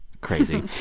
crazy